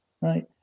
right